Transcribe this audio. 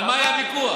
על מה היה הוויכוח.